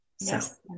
Yes